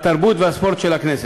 התרבות והספורט של הכנסת.